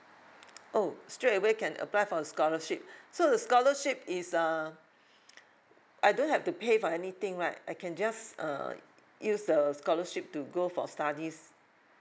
oh straight away can apply for a scholarship so the scholarship is uh I don't have to pay for anything right I can just uh use the scholarship to go for studies